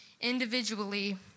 individually